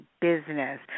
business